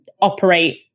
operate